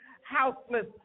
houseless